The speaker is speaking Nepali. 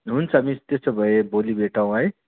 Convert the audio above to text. हुन्छ मिस त्यसो भए भोलि भेटौँ है